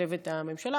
עוזבת את הממשלה,